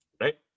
Right